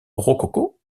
rococo